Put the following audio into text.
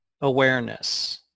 awareness